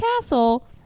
castle